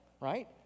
right